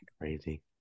crazy